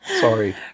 sorry